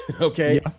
Okay